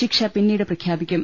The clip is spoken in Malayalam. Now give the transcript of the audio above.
ശിക്ഷ പിന്നീട് പ്രഖ്യാപിക്കും